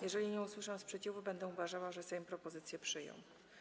Jeżeli nie usłyszę sprzeciwu, będę uważała, że Sejm propozycję przyjął.